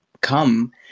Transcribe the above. come